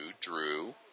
drew